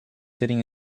sitting